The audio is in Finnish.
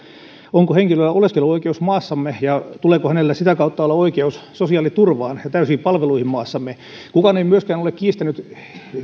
onko henkilöllä oleskeluoikeus maassamme ja tuleeko hänellä sitä kautta olla oikeus sosiaaliturvaan ja täysiin palveluihin maassamme kukaan ei myöskään ole kiistänyt